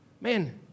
Man